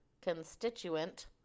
constituent